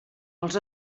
els